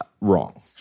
Wrong